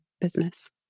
business